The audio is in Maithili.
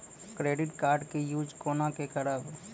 क्रेडिट कार्ड के यूज कोना के करबऽ?